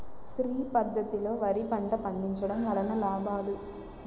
శ్రీ పద్ధతిలో వరి పంట పండించడం వలన లాభాలు?